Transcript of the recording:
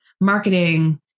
marketing